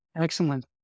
Excellent